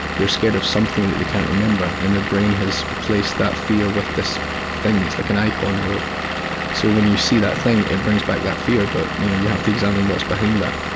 they're scared of something that they can't remember. and their brain has placed that fear with this thing that's like an icon. ah so when you see that thing it brings back that fear, but you know, you have to examine what's behind that.